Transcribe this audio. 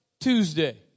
Tuesday